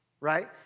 right